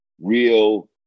real